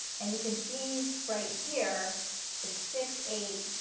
and you can see right here is six, eight,